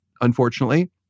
unfortunately